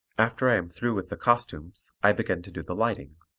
after i am through with the costumes, i begin to do the lighting.